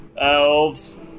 elves